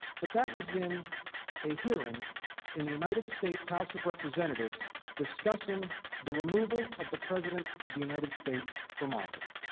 but that was in a hearing in the united states house of representatives discussing the removal of the president of the united states from office.